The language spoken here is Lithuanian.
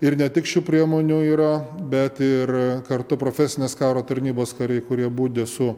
ir ne tik šių priemonių yra bet ir kartu profesinės karo tarnybos kariai kurie budi su